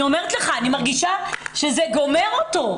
אני מרגישה שזה גומר אותו.